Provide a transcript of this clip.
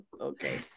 Okay